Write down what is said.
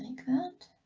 could